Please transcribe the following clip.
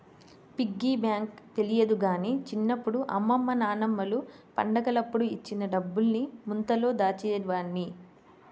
piggy bank తెలియదు గానీ చిన్నప్పుడు అమ్మమ్మ నాన్నమ్మలు పండగలప్పుడు ఇచ్చిన డబ్బుల్ని ముంతలో దాచేవాడ్ని